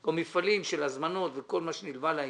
או מפעלים של הזמנות וכל מה שנלווה לעניין,